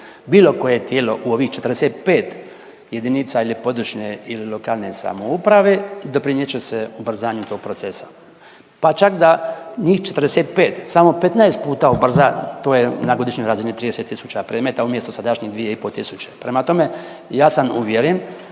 bilo koje tijelo u ovih 45 jedinica ili područne ili lokalne samouprave doprinijet će se ubrzanju tog procesa, pa čak da njih 45 samo 15 puta ubrza to je na godišnjoj razini 30.000 predmeta umjesto sadašnjih 2,5 tisuće. Prema tome, ja sam uvjeren